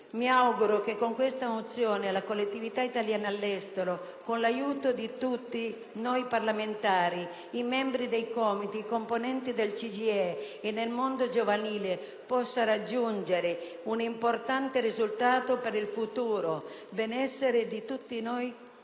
Mi auguro che, con questa mozione, la collettività degli italiani all'estero, con l'aiuto di tutti noi parlamentari, dei membri dei COMITES, dei componenti del CGIE e del mondo giovanile, possa raggiungere un importante risultato per il futuro benessere di tutti i